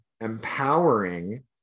empowering